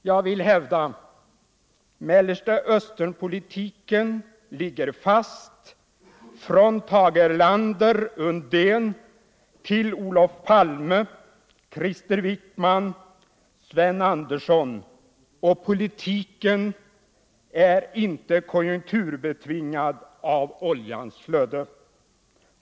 Jag vill hävda: Mellersta Östern-politiken ligger fast från Tage Erlander —- Östen Undén till Olof Palme — Krister Wickman — Sven Andersson, och politiken är inte konjunkturbetingad av oljans flöde.